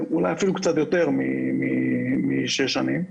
אפילו קצת יותר משש שנים.